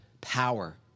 power